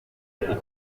riri